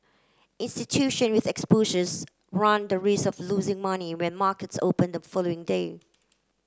institution with exposures run the risk of losing money when markets open the following day